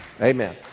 Amen